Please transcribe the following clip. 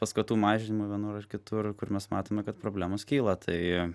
paskatų mažinimo vienur ar kitur kur mes matome kad problemos kyla tai